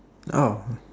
oh